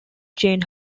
chain